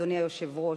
אדוני היושב-ראש,